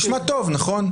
נשמע טוב, נכון?